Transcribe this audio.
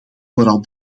vooral